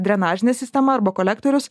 drenažinė sistema arba kolektorius